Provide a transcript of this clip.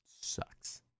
Sucks